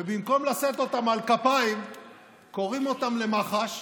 ובמקום לשאת אותם על כפיים קוראים להם למח"ש.